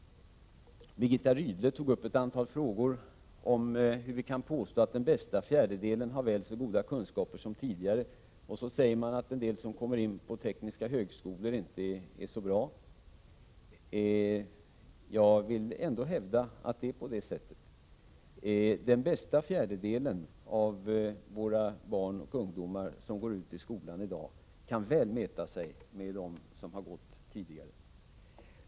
Birgitta Rydle tog i ett antal frågor upp hur vi kan påstå att den bästa fjärdedelen har väl så goda kunskaper som tidigare. Det sägs att de som i dag kommer in på tekniska högskolor inte är så bra. Jag vill ändå hävda att den bästa fjärdedelen av våra barn och ungdomar som går ut skolan i dag kan mäta sig väl med dem som har gått tidigare.